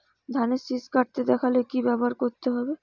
ধানের শিষ কাটতে দেখালে কি ব্যবহার করতে হয়?